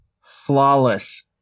Flawless